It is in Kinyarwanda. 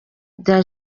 bya